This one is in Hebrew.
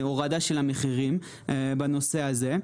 הורדה של המחירים בנושא הזה.